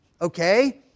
okay